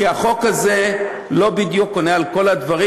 כי החוק הזה לא בדיוק עונה על כל הדברים.